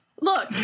look